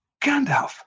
Gandalf